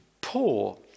poor